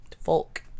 Folk